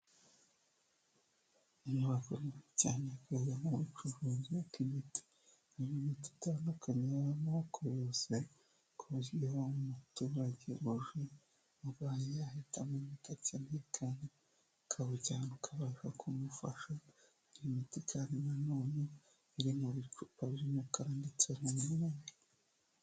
Abakora cyane kwiga nkubucuruzi kgita ibintu tutandukanye amabokoboko yose kubakiriho umuturage buje urwa ahitamota cyane cyane kabu cyane ukabasha kumufasha miti cyane nanone biri mu bikorwa muka ndetse biani.